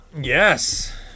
Yes